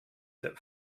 that